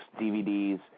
DVDs